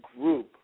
group